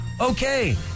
Okay